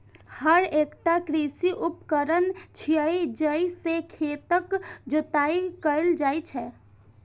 हर एकटा कृषि उपकरण छियै, जइ से खेतक जोताइ कैल जाइ छै